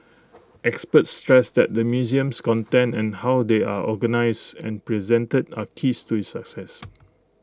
experts stressed that the museum's contents and how they are organised and presented are keys to its success